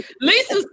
Lisa